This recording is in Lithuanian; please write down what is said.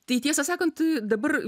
tai tiesą sakant dabar